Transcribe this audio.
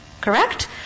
Correct